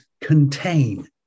contain